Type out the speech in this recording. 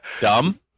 Dumb